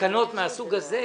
תקנות מהסוג הזה,